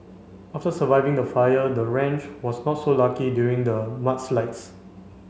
after surviving the fire the ranch was not so lucky during the mudslides